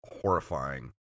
horrifying